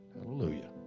Hallelujah